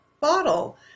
bottle